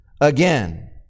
again